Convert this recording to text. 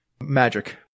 magic